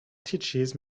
teaches